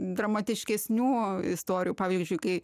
dramatiškesnių istorijų pavyzdžiui kai